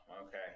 Okay